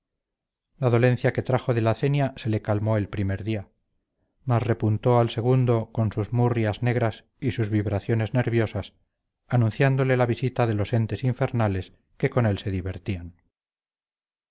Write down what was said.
la dolencia que trajo de la cenia se le calmó el primer día mas repuntó al segundo con sus murrias negras y sus vibraciones nerviosas anunciándole la visita de los entes infernales que con él se divertían